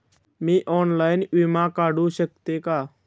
मी online विमा काढू शकते का?